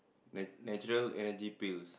na~ natural Energy Pills